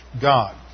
God